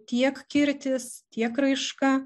tiek kirtis tiek raiška